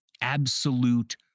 absolute